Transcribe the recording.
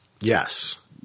Yes